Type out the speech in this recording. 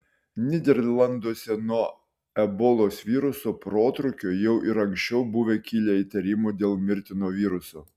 nyderlanduose nuo ebolos viruso protrūkio jau ir anksčiau buvo kilę įtarimų dėl mirtino viruso